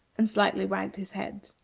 and slightly wagged his head.